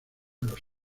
los